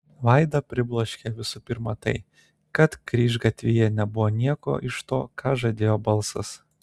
vadą pribloškė visų pirma tai kad kryžgatvyje nebuvo nieko iš to ką žadėjo balsas